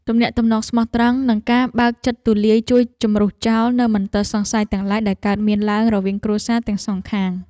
ទំនាក់ទំនងស្មោះត្រង់និងការបើកចិត្តទូលាយជួយជម្រុះចោលនូវមន្ទិលសង្ស័យទាំងឡាយដែលកើតមានឡើងរវាងគ្រួសារទាំងសងខាង។